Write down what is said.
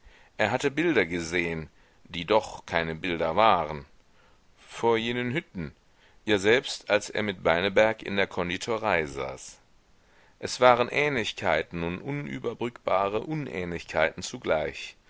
er hatte bilder gesehen die doch keine bilder waren vor jenen hütten ja selbst als er mit beineberg in der konditorei saß es waren ähnlichkeiten und unüberbrückbare unähnlichkeiten zugleich